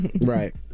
right